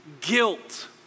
guilt